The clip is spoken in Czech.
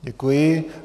Děkuji.